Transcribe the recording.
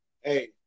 Hey